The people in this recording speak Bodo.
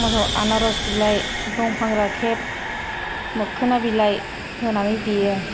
आनारस बिलाइ दंफां राखेब लोखोना बिलाइ होनानै देयो